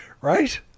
right